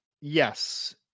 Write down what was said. Yes